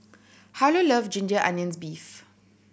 Harlow love ginger onions beef